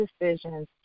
decisions